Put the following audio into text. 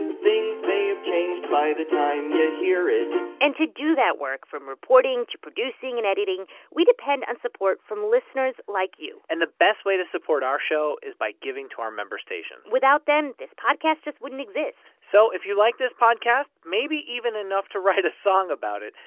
things may have changed by the time you yeah hear it and to do that work, from reporting to producing and editing, we depend on support from listeners like you and the best way to support our show is by giving to our member stations without them, this podcast just wouldn't exist so if you like this podcast, maybe even enough to write a song about it,